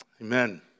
Amen